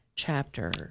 chapter